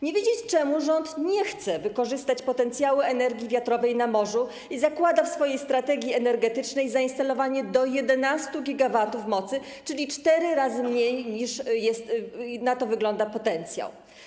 Nie wiedzieć czemu, rząd nie chce wykorzystać potencjału energii wiatrowej na morzu i zakłada w swojej strategii energetycznej zainstalowanie do 11 GW mocy, czyli cztery razy mniej, niż wynosi, na to wygląda, potencjał.